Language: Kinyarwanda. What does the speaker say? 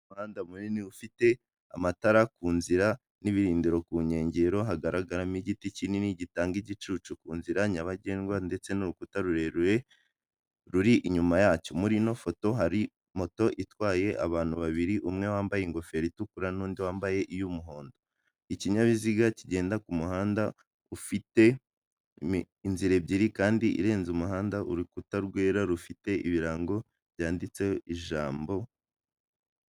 Umuhanda munini ufite amatara ku nzira n'ibirindiro ku nkengero, hagaragaramo igiti kinini gitanga igicucu kuzira nyabagendwa, ndetse n'urukuta rurerure ruri inyuma yacyo. muri ino foto hari moto itwaye abantu babiri umwe wambaye ingofero itukura n'undi wambaye iy'umuhondo. Ikinyabiziga kigenda ku muhanda ufite inzira ebyiri kandi irenze umuhanda urukuta rwera rufite ibirango byanditseho ijambo.